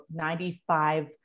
95